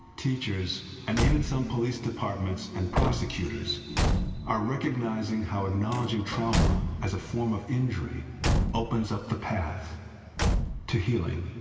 teachers and even some police departments and prosecutors are recognizing how acknowledging trauma as a form of injury opens up the path to healing.